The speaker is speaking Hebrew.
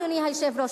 אדוני היושב-ראש,